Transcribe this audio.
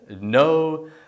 no